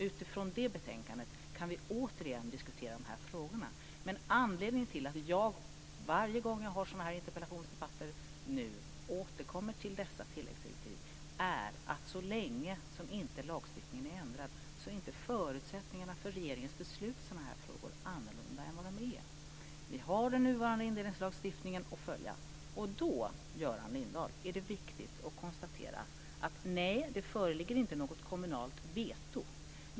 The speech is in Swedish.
Utifrån det betänkandet kan vi återigen diskutera de här frågorna, men anledningen till att jag, varje gång jag har sådana här interpellationsdebatter, nu återkommer till dessa tilläggsdirektiv är att så länge som inte lagstiftningen är ändrad så är inte förutsättningarna för regeringens beslut i sådana här frågor annorlunda än vad de är. Vi har den nuvarande indelningslagstiftningen att följa, och då, Göran Lindblad, är det viktigt att konstatera att nej, det föreligger inte något kommunalt veto.